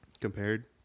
compared